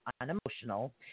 unemotional